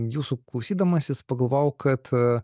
jūsų klausydamasis pagalvojau kad